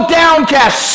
downcast